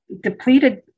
depleted